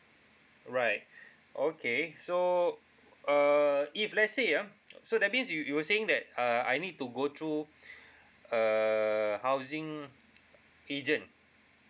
right okay so uh if let's say ah so that means you you were saying that uh I need to go through err housing agent